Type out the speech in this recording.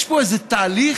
יש פה איזה תהליך